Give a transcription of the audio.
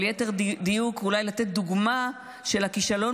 או ליתר דיוק אולי לתת דוגמה של הכישלון